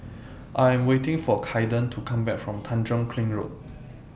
I Am waiting For Kaiden to Come Back from Tanjong Kling Road